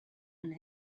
and